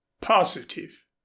Positive